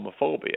homophobia